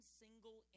single